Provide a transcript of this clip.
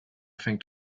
fängt